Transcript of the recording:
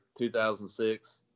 2006